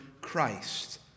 Christ